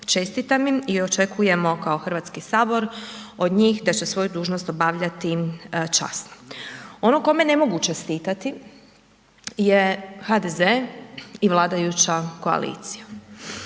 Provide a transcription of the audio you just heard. Čestitam im i očekujemo kao Hrvatski sabor od njih da će svoju dužnost obavljati časno. Ono kome ne mogu čestitati je HDZ i vladajuća koalicija